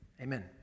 amen